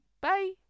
Bye